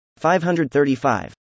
535